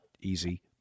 easy